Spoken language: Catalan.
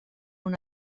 una